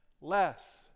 less